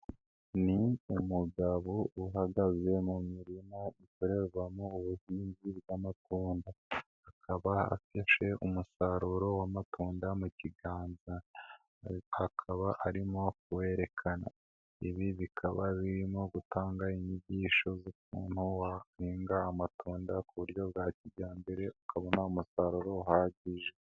Ni umugabo uhagaze mu mirima ikorerwamo ubuhinzi bw'amatunda, akaba afashe umusaruro w'amatunda mu kiganza, akaba arimo kuwerekana, ibi bikaba birimo gutanga inyigisho z'ukuntu wahinga amatunda ku buryo bwa kijyambere ukabona umusaruro uhagije.